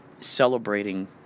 celebrating